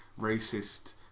racist